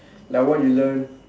like what you learn